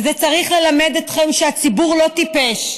וזה צריך ללמד אתכם שהציבור לא טיפש,